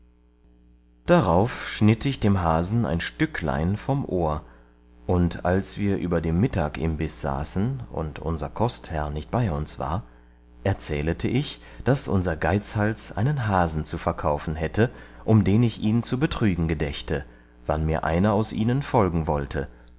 darauf schnitt ich dem hasen ein stücklein vom ohr und als wir über dem mittagimbiß saßen und unser kostherr nicht bei uns war erzählete ich daß unser geizhals einen hasen zu verkaufen hätte um den ich ihn zu betrügen gedächte wann mir einer aus ihnen folgen wollte